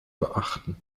beachten